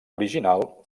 original